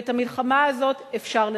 ואת המלחמה הזאת אפשר לנצח.